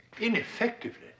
Ineffectively